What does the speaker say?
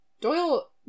Doyle